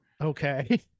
okay